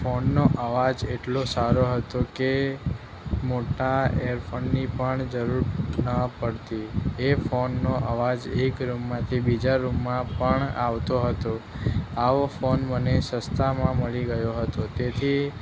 ફોનનો અવાજ એટલો સારો હતો કે મોટા ઇયરફોનની પણ જરુર ન પડતી એ ફોનનો અવાજ એકરુમમાંથી બીજા રુમમાં પણ આવતો હતો આવો ફોન મને સસ્તામાં મળી ગયો હતો તેથી